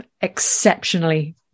exceptionally